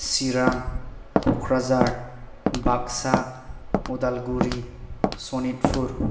Chirang Kokrajhar Baksa Udalguri Sonitpur